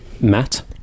matt